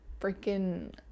freaking